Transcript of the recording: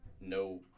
no